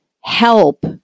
help